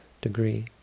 degree